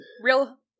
real